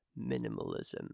minimalism